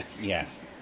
Yes